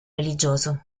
religioso